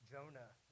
Jonah